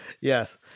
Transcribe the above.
Yes